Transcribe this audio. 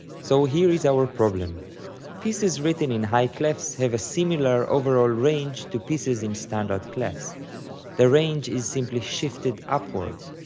so here is our problem pieces written in high clefs have a similar overall range to pieces in standard clefs the range is simply shifted upwards.